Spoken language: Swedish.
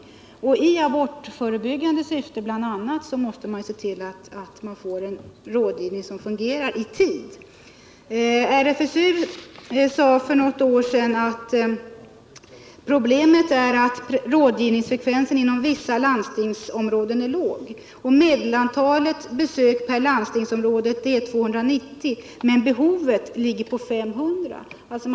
I bl.a. abortförebyggande syfte måste man se till att få en rådgivning som fungerar i tid. RFSU sade för något år sedan att problemet är att rådgivningsfrekvensen inom vissa landstingsområden är låg. Medelantalet besök per landstingsområde är 290, men behoven ligger på 500 besök.